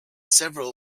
several